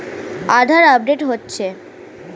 আধার update হচ্ছে?